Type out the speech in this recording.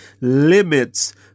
limits